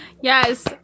Yes